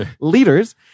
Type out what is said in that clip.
leaders